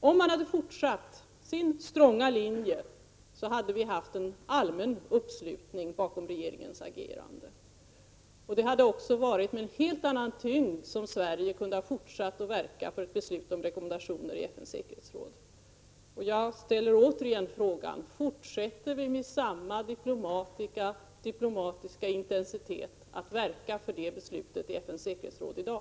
Om regeringen hade fortsatt på sin stronga linje hade det nu funnits en allmän uppslutning bakom regeringens agerande, och Sverige hade med en helt annan tyngd kunnat fortsätta att verka i FN:s säkerhetsråd för ett beslut om rekommendationer. Jag ställer återigen frågan: Fortsätter Sverige att med samma diplomatiska intensitet verka för ett sådant beslut i FN:s säkerhetsråd i dag?